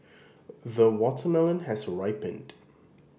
the watermelon has ripened